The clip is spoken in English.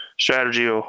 Strategy